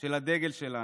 של הדגל שלנו.